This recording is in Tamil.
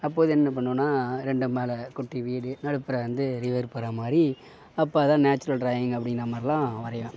அப்போது என்ன பண்ணுவேன்னால் ரெண்டு மலை குட்டி வீடு நடுப்புறம் வந்து ரிவர் போகிற மாதிரி அப்போ அதுதான் நேச்சுரல் ட்ராயிங் அப்படின்ன மாதிரிலாம் வரைவேன்